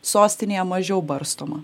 sostinėje mažiau barstoma